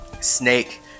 snake